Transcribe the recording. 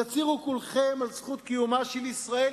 תצהירו כולכם על זכות קיומה של ישראל,